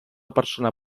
persona